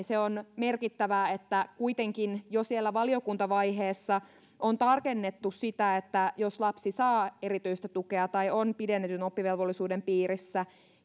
se on merkittävää että kuitenkin jo siellä valiokuntavaiheessa on tarkennettu sitä että jos lapsi saa erityistä tukea tai on pidennetyn oppivelvollisuuden piirissä